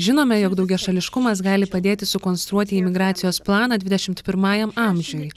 žinome jog daugiašališkumas gali padėti sukonstruoti imigracijos planą dvidešimt pirmąjam amžiui